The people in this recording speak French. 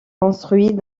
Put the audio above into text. construit